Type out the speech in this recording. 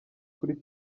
kuri